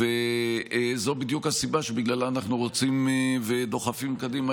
וזו בדיוק הסיבה שבגללה אנחנו רוצים ודוחפים קדימה